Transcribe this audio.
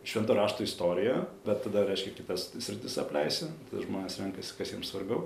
švento rašto istoriją bet tada reiškia kitas sritis apleisi žmonės renkasi kas jiem svarbiau